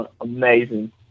Amazing